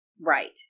Right